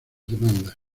demandas